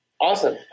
Awesome